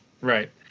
Right